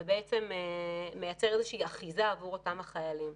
זה מייצר אחיזה עבור אותם החיילים.